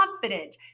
confident